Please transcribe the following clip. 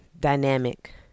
dynamic